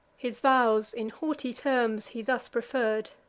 his vows, in haughty terms, he thus preferr'd,